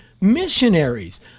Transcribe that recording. missionaries